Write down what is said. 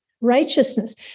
righteousness